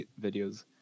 videos